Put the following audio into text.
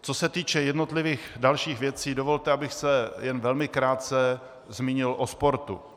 Co se týče jednotlivých dalších věcí, dovolte, abych se jen velmi krátce zmínil o sportu.